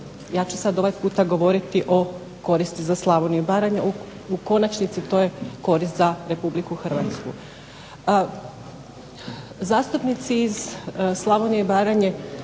Ja ću sad ovaj puta govoriti o koristi za Slavoniju i Baranju. U konačnici to je korist za Republiku Hrvatsku. Zastupnici iz Slavonije i Baranje